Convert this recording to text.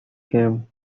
games